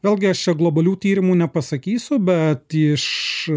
vėl gi aš čia globalių tyrimu nepasakysiu bet iš